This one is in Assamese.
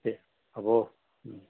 দে হ'ব